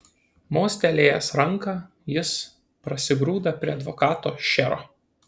mostelėjęs ranka jis prasigrūda prie advokato šero